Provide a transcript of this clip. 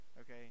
okay